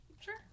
Sure